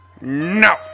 No